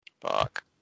Fuck